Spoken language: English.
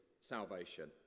salvation